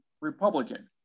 Republican